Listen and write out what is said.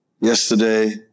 yesterday